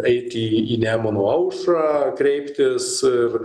eiti į nemuno aušrą kreiptis ir